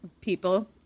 people